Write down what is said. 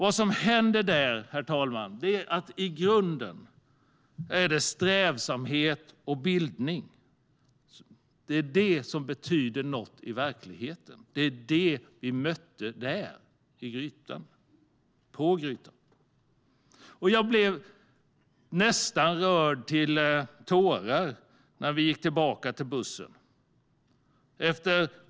Vad som händer där, herr talman, är att det i grunden är strävsamhet och bildning som betyder något i verkligheten, det var det som vi mötte på Grytan. Jag blev nästan rörd till tårar när vi gick tillbaka till bussen.